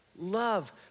love